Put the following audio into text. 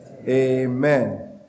Amen